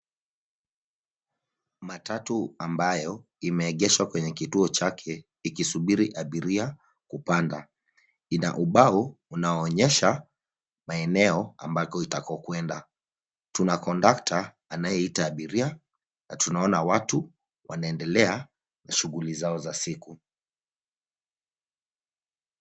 Matatu ambayo imeegeshwa kwenye kituo chake ikisubiri abiria kupanda. Ina ubao unaoonyesha maeneo ambako itakokwenda. Tuna kondakta anayeita abiria na tunaona watu wanaendelea na shughuli zao za siku.